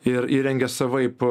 ir įrengia savaip